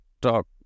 talk